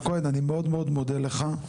מר כהן, אני מאוד מאוד מודה לך.